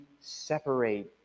separate